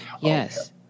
yes